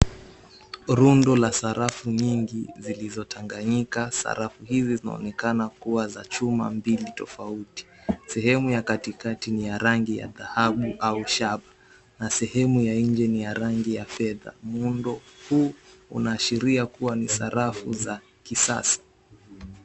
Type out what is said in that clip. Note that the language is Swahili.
Rundo la sarafu nyingi zilizotanganyika. Sarafu hizi zinaonekana kuwa za chuma mbili tofauti. Sehemu ya katikati ni ya rangi ya dhahabu au shaba na sehemu ya nje ni ya rangi ya fedha. Muundo huu unaashiria kuwa ni sarafu za kisasa.